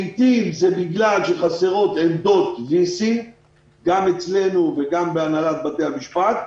לעתים זה בגלל שחסרות עמדות וי-סי גם אצלנו וגם בהנהלת בתי המשפט,